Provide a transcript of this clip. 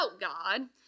God